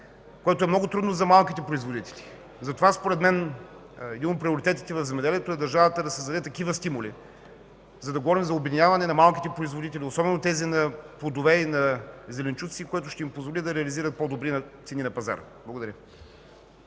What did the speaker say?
което е много трудно за малките производители. Затова според мен един от приоритетите в земеделието е държавата да създаде такива стимули, за да говорим за обединяване на малките производители, особено на тези на плодове и на зеленчуци, което ще им позволи да реализират по-добри цени на пазара. Благодаря